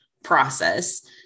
process